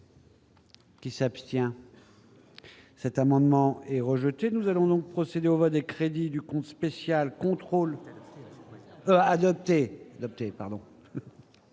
Qui s'abstient. Cet amendement est rejeté, nous allons procéder au vote des crédits du compte spécial contrôle adopté